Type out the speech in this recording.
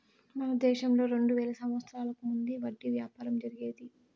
మన దేశంలో రెండు వేల సంవత్సరాలకు ముందే వడ్డీ వ్యాపారం జరిగేది